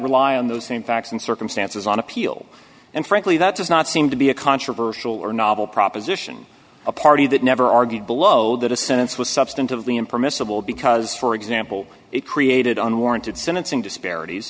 rely on those same facts and circumstances on appeal and frankly that does not seem to be a controversial or novel proposition a party that never argued below that a sentence was substantively impermissible because for example it created unwarranted sentencing disparities